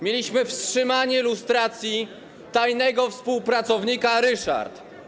Mieliśmy wstrzymanie lustracji tajnego współpracownika, Ryszarda.